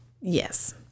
Yes